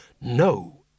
no